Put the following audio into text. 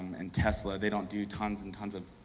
and tesla, they don't do tons and tons of,